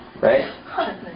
right